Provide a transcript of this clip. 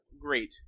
great